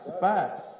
facts